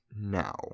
now